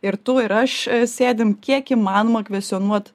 ir tu ir aš sėdim kiek įmanoma kvestionuot